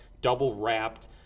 double-wrapped